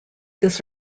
this